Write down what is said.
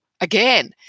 again